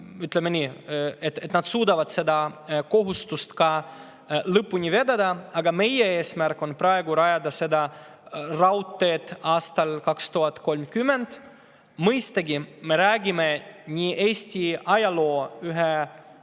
ütleme nii, suudavad seda kohustust ka lõpuni vedada. Aga meie eesmärk on praegu rajada see raudtee aastaks 2030. Mõistagi, me räägime ilmselt Eesti ajaloo ühest